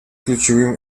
ключевым